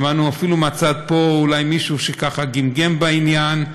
שמענו אפילו מהצד פה אולי מישהו שככה גמגם בעניין,